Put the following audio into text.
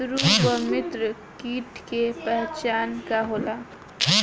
सत्रु व मित्र कीट के पहचान का होला?